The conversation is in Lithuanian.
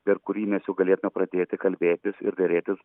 per kurį mes jau galėtume pradėti kalbėtis ir derėtis